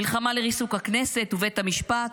מלחמה לריסוק הכנסת ובית המשפט.